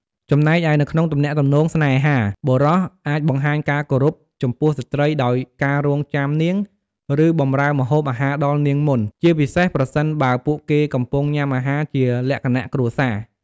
ចំណែកឯ នៅក្នុងទំនាក់ទំនងស្នេហា បុរសអាចបង្ហាញការគោរពចំពោះស្ត្រីដោយការរង់ចាំនាង ឬបម្រើម្ហូបអាហារដល់នាងមុន ជាពិសេសប្រសិនបើពួកគេកំពុងញ៉ាំអាហារជាលក្ខណៈគ្រួសារ។